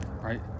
right